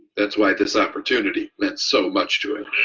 that's why this opportunity meant so much to him.